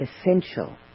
essential